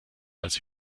als